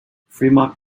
fremont